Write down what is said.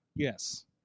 Yes